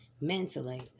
Mentally